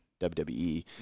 WWE